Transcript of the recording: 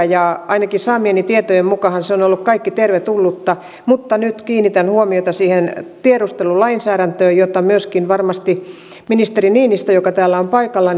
ja ainakin saamieni tietojen mukaan se on on ollut kaikki tervetullutta mutta nyt kiinnitän huomiota siihen tiedustelulainsäädäntöön jota varmasti myöskin ministeri niinistö joka täällä on paikalla